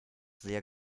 sehr